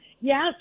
Yes